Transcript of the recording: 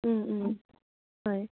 হয়